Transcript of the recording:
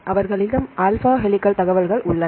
அவர்களிடம் alpha helical தகவல்கள் உள்ளன